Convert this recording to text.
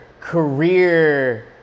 career